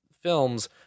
films